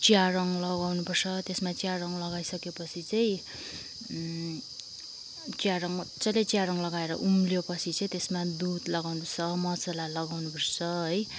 चिया रङ्ग लगाउनु पर्छ त्यसमा चिया रङ्ग लगाइसके पछि चाहिँ चिया रङ्ग मज्जाले चिया रङ्ग लगाएर उम्लिएपछि चाहिँ त्यसमा दुध लगाउनु पर्छ मसला लगाउनु पर्छ है